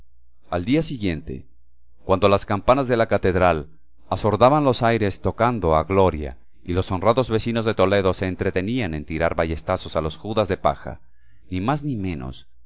al día siguiente cuando las campanas de la catedral asordaban los aires tocando a gloria y los honrados vecinos de toledo se entretenían en tirar ballestazos a los judas de paja ni más ni menos